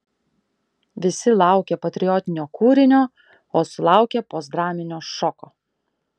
visi laukė patriotinio kūrinio o sulaukė postdraminio šoko